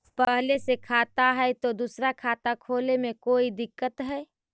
पहले से खाता है तो दूसरा खाता खोले में कोई दिक्कत है?